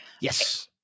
Yes